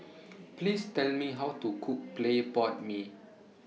Please Tell Me How to Cook Clay Pot Mee